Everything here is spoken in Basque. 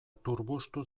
turbustu